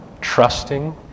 trusting